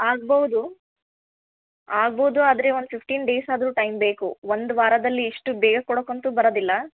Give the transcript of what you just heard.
ಆಗ್ಬೌದು ಆಗ್ಬೌದು ಆದರೆ ಒಂದು ಫಿಫ್ಟಿನ್ ಡೇಸ್ ಆದರೂ ಟೈಮ್ ಬೇಕು ಒಂದು ವಾರದಲ್ಲಿ ಇಷ್ಟು ಬೇಗ ಕೊಡೋಕಂತು ಬರೋದಿಲ್ಲ